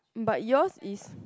but yours is